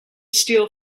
steal